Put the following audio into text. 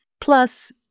Plus